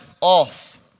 off